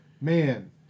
Man